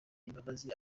imbabazi